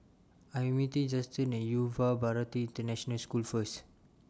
I Am meeting Justen At Yuva Bharati International School First